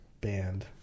band